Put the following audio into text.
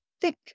thick